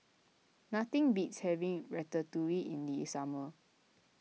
nothing beats having Ratatouille in the summer